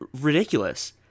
ridiculous